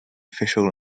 official